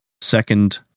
Second